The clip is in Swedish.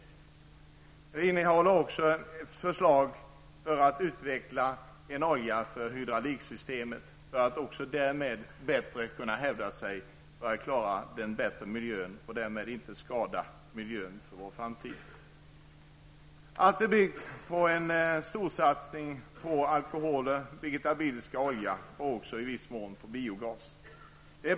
Projektet innehåller också ett förslag om att utveckla en olja för hydrauliksystemet, för att på så sätt bidra till bättre miljö. Allt är byggt på en storsatsning på alkoholer, vegetabilisk olja och i viss mån biogas.